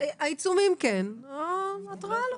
העיצומים כן, ההתראה לא.